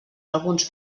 alguns